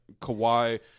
Kawhi